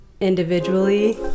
individually